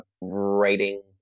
writing